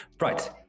Right